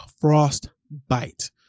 Frostbite